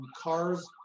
cars